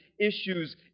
issues